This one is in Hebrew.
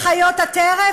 "חיות הטרף"?